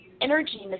energy